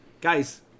Guys